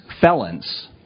felons